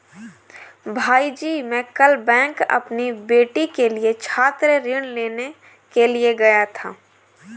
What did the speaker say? भाईजी मैं कल बैंक अपनी बेटी के लिए छात्र ऋण लेने के लिए गया था